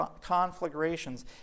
conflagrations